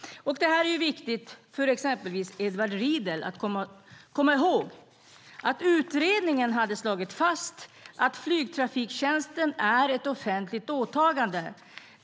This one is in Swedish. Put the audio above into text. Det är viktigt för exempelvis Edward Riedl att komma ihåg. Utredningen hade slagit fast att flygtrafiktjänsten är ett offentligt åtagande.